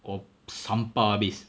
or sampah habis